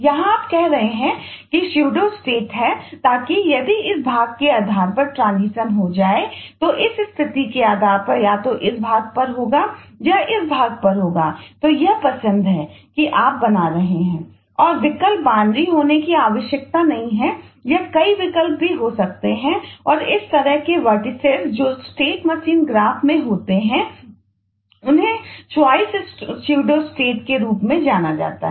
यहाँ आप कह रहे हैं कि ये स्यूडोस्टेट्स के रूप में जाना जाता है